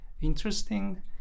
interesting